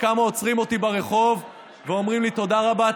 כמה עוצרים אותי ברחוב ואומרים לי: תודה רבה,